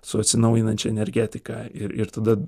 su atsinaujinančia energetika ir ir tada